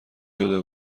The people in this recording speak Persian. شده